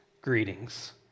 Greetings